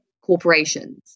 corporations